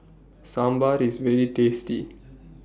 Sambar IS very tasty